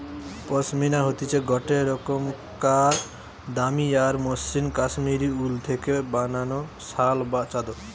পশমিনা হতিছে গটে রোকমকার দামি আর মসৃন কাশ্মীরি উল থেকে বানানো শাল বা চাদর